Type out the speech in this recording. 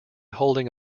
holding